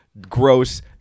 gross